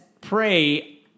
pray